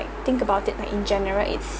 think about it like in general aids